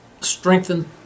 strengthen